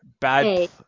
Bad